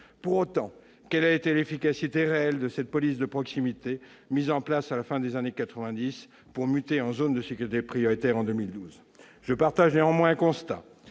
Pour autant, quelle a été l'efficacité réelle de cette police de proximité mise en place à la fin des années quatre-vingt-dix pour muter en zones de sécurité prioritaires, ou ZSP, en 2012 ? Je souscris néanmoins à un constat